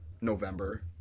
november